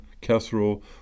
casserole